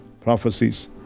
prophecies